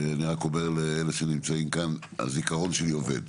אני רק אומר לאלה שנמצאים כאן שהזיכרון שלי עובד.